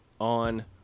on